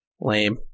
Lame